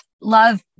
love